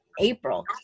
April